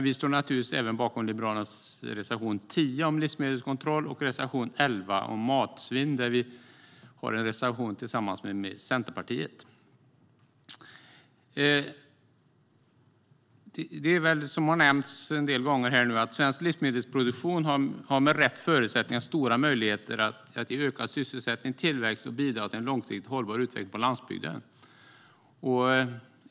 Vi står naturligtvis bakom också Liberalernas reservation 10, om livsmedelskontroll, och reservation 11, om matsvinn, där vi har reserverat oss tillsammans med Centerpartiet. Svensk livsmedelsproduktion har med rätt förutsättningar stora möjligheter att ge ökad sysselsättning och tillväxt och bidra till en långsiktigt hållbar utveckling på landsbygden.